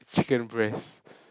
chicken breast